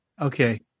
Okay